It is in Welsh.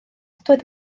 doedd